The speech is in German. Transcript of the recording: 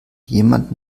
jemand